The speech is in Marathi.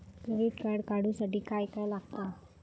क्रेडिट कार्ड काढूसाठी काय काय लागत?